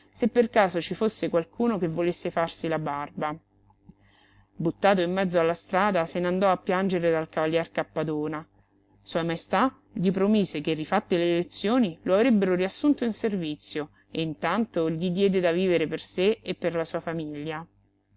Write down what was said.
se per caso ci fosse qualcuno che volesse farsi la barba buttato in mezzo alla strada se n'andò a piangere dal cavalier cappadona sua maestà gli promise che rifatte le elezioni lo avrebbe riassunto in servizio e intanto gli diede da vivere per sé e per la sua famiglia